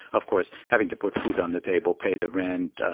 of course, having to put food on the table, pay the rent,